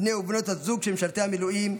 בני ובנות הזוג של משרתי המילואים,